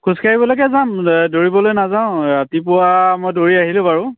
খোজকাঢ়িবলৈকে যাম দৌৰিবলৈ নাযাওঁ ৰাতিপুৱা মই দৌৰি আহিলোঁ বাৰু